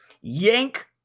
Yank